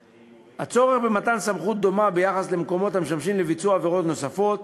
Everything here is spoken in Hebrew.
הצורך במתן סמכות דומה ביחס למקומות המשמשים לביצוע עבירות נוספות,